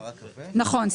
נכון,